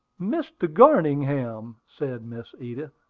mr. garningham! said miss edith.